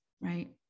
right